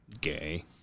Gay